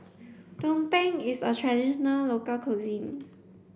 Tumpeng is a traditional local cuisine